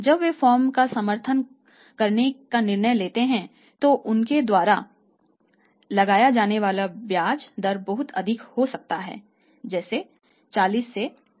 जब वे फर्म का समर्थन करने का निर्णय लेते हैं तो उनके द्वारा लगाया जाने वाला ब्याज दर बहुत अधिक हो सकता है 40 45